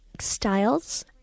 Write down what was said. styles